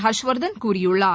ஹர்ஷ்வர்தன் கூறியுள்ளார்